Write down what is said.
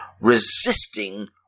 resisting